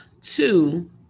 two